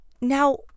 now